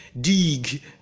dig